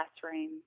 classroom